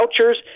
vouchers